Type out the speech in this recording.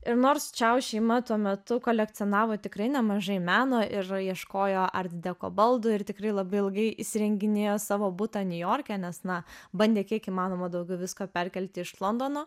ir nors čiau šeima tuo metu kolekcionavo tikrai nemažai meno ir ieškojo art deko baldų ir tikrai labai ilgai įsirenginėjo savo butą niujorke nes na bandė kiek įmanoma daugiau viską perkelti iš londono